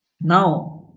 Now